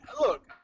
look